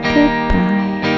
Goodbye